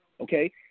okay